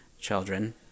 children